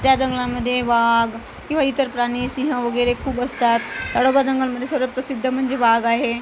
त्या जंगलामध्ये वाघ किंवा इतर प्राणी सिंह वगैरे खूप असतात ताडोबा जंगलामध्ये सर्वात प्रसिद्ध म्हणजे वाघ आहे